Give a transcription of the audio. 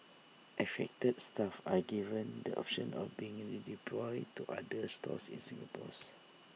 affected staff are given the option of being redeployed to other stores in Singapore's